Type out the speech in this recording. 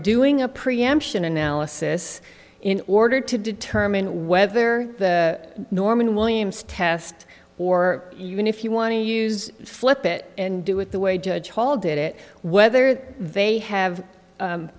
doing a preemption analysis in order to determine whether the norman williams test or even if you want to use flip it and do it the way judge paul did it whether they have